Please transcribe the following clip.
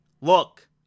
look